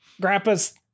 Grandpa's